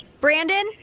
Brandon